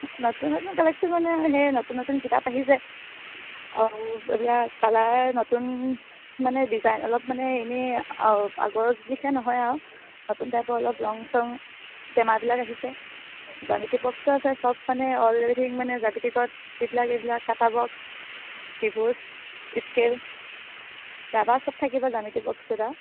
নতুন নতুন কালেকচন মানে সেই নতুন নতুন কিতাপ আহিছে আৰু এইবিলাক কালাৰ নতুন মানে ডিজাইন অলপ মানে এনেই আগৰত দিখে নহয় আৰু নতুন টাইপৰ অলপ ৰং চং টেমাবিলাক আহিছে জ্যামিতিক বক্সটো আছে চব মানে অলৰেডি মানে জ্যামিতিক যিবিলাক এইবিলাক কাটাৰ বক্স ত্ৰিভূজ স্কেল ৰাবাৰ চব থাকিব জ্যামিতিক বক্সটোত